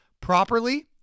properly